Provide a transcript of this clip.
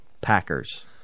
Packers